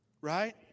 right